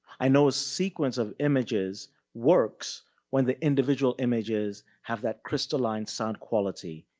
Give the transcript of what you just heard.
i know a sequence of images works when the individual images have that crystalline sound quality,